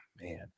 man